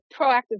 proactive